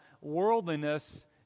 worldliness